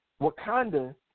Wakanda